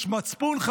יש מצפון?